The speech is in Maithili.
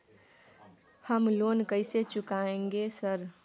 हम लोन कैसे चुकाएंगे सर?